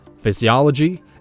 physiology